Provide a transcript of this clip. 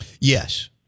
Yes